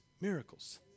miracles